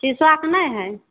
सीसम नहि है